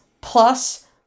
plus